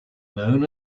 known